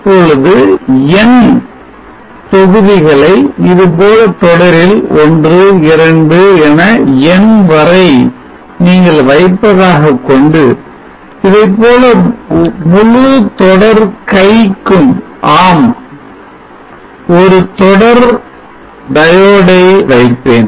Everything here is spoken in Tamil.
இப்பொழுது n தொகுதிகளை இதுபோல தொடரில் 12 என n வரை நீங்கள் வைப்பதாகக் கொண்டு இதைப்போல முழு தொடர் கை க்கும் ஒரு தொடர் diode ஐ வைப்பேன்